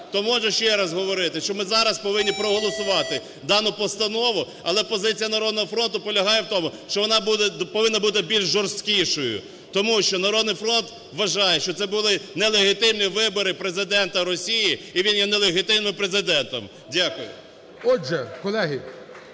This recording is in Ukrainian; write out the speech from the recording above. То можу ще раз говорити, що ми зараз повинні проголосувати дану постанову. Але позиція "Народного фронту" полягає в тому, що вона повинна бути більш жорсткішою, тому що "Народний фронт" вважає, що це були нелегітимні вибори Президента Росії і він є нелегітимним Президентом. Дякую.